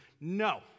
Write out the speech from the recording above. No